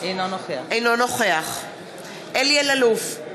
אינו נוכח אלי אלאלוף,